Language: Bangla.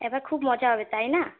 এবার খুব মজা হবে তাই না